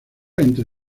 entre